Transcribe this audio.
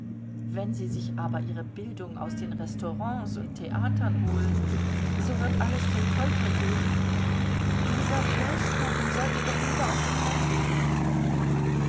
wenn sie sich aber ihre bildung aus den restaurants und theatern holen so wird alles zum teufel gehen dieser fleischkuchen sollte doch lieber auf dem lande bleiben